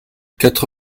quatre